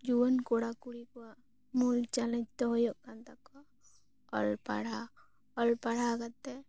ᱡᱩᱣᱟᱱ ᱠᱚᱲᱟ ᱠᱩᱲᱤ ᱠᱚᱣᱟᱜ ᱢᱩᱞ ᱪᱮᱞᱮᱱᱡᱽ ᱫᱚ ᱦᱩᱭᱩᱜ ᱠᱟᱱ ᱛᱟᱠᱚᱣᱟ ᱚᱞ ᱯᱟᱲᱦᱟᱣ ᱚᱞ ᱯᱟᱲᱦᱟᱣ ᱠᱟᱛᱮ